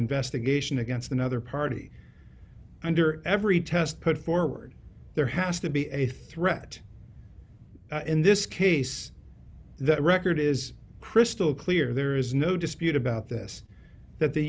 investigation against another party under every test put forward there has to be a threat in this case that record is crystal clear there is no dispute about this that the